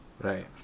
Right